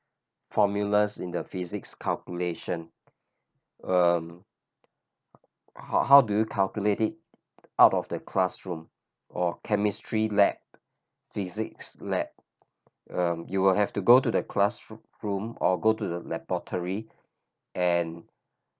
formulas in the physics calculation um how how do you calculate it out of the classroom or chemistry lab physics lab um you will have to go to the classroom or go to the laboratory and